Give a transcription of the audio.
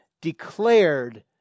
declared